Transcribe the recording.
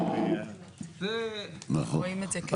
נכון.